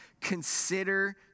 consider